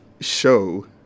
show